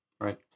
Right